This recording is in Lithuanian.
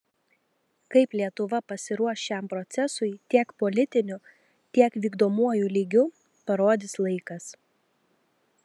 kaip lietuva pasiruoš šiam procesui tiek politiniu tiek vykdomuoju lygiu parodys laikas